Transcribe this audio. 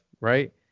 right